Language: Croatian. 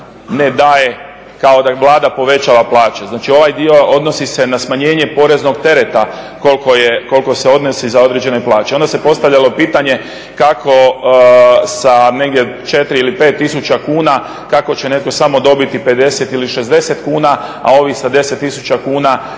ne daje, kao da Vlada povećava plaće. Znači, ovaj dio odnosi se na smanjenje poreznog tereta koliko se odnosi za određene plaće. Onda se postavljalo pitanje kako sa negdje četiri ili pet tisuća kuna, kako će netko samo dobiti 50 ili 60 kuna, a ovi sa 10000 kuna